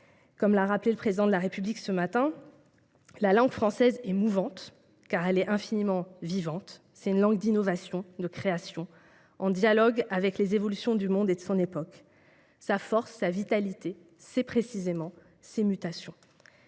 Comme l’a rappelé le Président de la République ce matin, la langue française est mouvante, car elle est infiniment vivante. C’est une langue d’innovation, de création, en dialogue avec les évolutions du monde et de son époque. Sa force, sa vitalité, ce sont précisément ses mutations.